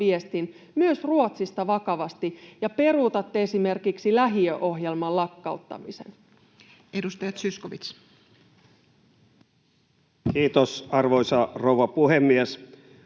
myös Ruotsista vakavasti, ja peruutatteko esimerkiksi lähiöohjelman lakkauttamisen? Edustaja Zyskowicz. Kiitos, arvoisa rouva puhemies!